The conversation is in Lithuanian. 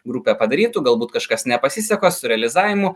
grupė padarytų galbūt kažkas nepasiseka su realizavimu